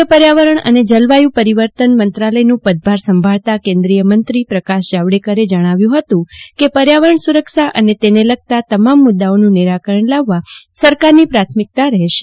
કેન્દ્રીય પર્યાવરણ અને જલવાયુ પરિવર્તન મંત્રાલયનું પદભાર સંભાળતા કેન્દ્રીયમંત્રી પ્રકાશ જાવેડકરે જણાવ્યુ હતું કે પર્યાવરણ સુરક્ષા અને તેને લગતા તમામ મુદાઓનું નિરાકરણ લાવવા સરકારની પ્રાથમિકતા રહેશે